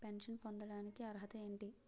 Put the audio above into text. Pension పొందడానికి అర్హత ఏంటి?